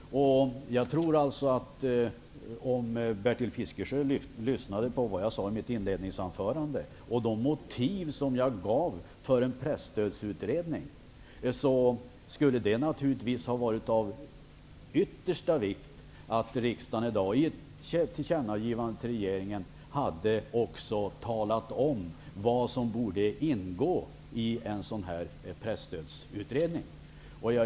Om Bertil Fiskesjö hade lyssnat på vad jag sade i mitt inledningsanförande och de motiv som jag gav för en presstödsutredning, hade han hört att jag anser att det är av yttersta vikt att riksdagen i dag i ett tillkännagivande till regeringen också talar om vad som borde ingå i en sådan utredning.